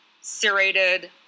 serrated